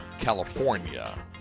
California